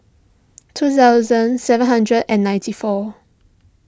two thousand seven hundred and ninety four